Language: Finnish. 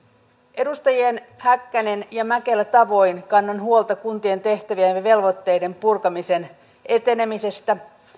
edustajien häkkänen ja mäkelä tavoin kannan huolta kuntien tehtävien ja velvoitteiden purkamisen etenemisestä